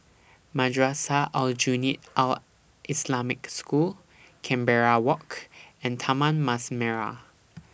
Madrasah Aljunied Al Islamic School Canberra Walk and Taman Mas Merah